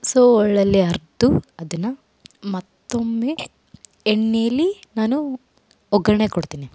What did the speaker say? so ಒಳ್ಳಲ್ಲಿ ಅರೆದು ಅದನ್ನು ಮತ್ತೊಮ್ಮೆ ಎಣ್ಣೇಲಿ ನಾನು ಒಗ್ಗರಣೆ ಕೊಡ್ತೀನಿ